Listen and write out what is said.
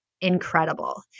incredible